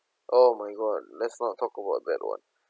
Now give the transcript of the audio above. oh my god let's not talk about that one